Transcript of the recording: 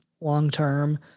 long-term